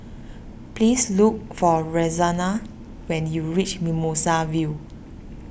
please look for Roxanna when you reach Mimosa View